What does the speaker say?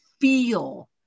feel